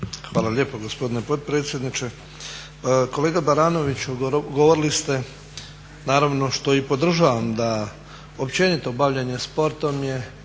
Hvala lijepo gospodine potpredsjedniče. Kolega Baranoviću govorili ste, naravno što i podržavam da i općenito bavljenje sportom je